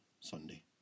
Sunday